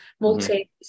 multi